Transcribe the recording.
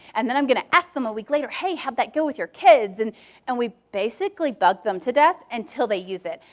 and then i'm going to ask them a week later, hey, how'd that go with your kids? and and we basically bug them to death until they use it.